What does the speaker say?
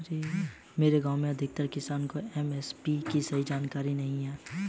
मेरे गांव में अधिकतर किसान को एम.एस.पी की सही जानकारी नहीं है